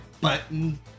button